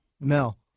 Mel